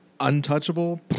Untouchable